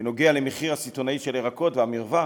שנוגע במחיר הסיטונאי של הירקות והמרווח,